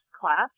class